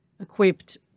equipped